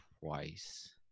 twice